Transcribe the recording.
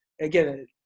again